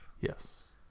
Yes